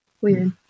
Weird